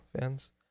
fans